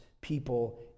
people